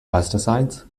pesticides